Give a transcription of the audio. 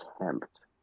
attempt